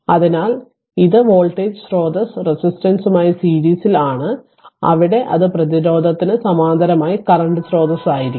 അതിനാൽ ഇത് വോൾട്ടേജ് സ്രോതസ്സ് റെസിസ്റ്റൻസുമായി സീരീസ് ൽ ആണ് അവിടെ അത് പ്രതിരോധത്തിന് സമാന്തരമായി കറന്റ് സ്രോതസ്സായിരിക്കും